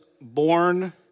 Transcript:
born